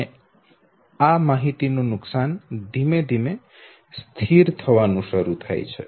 અને આ નુકસાન ધીમે ધીમે સ્થિર થવાનું શરૂ થાય છે